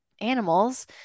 animals